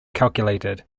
calculated